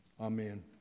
Amen